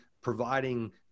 providing